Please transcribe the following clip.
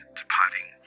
departing